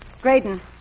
Graydon